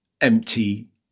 empty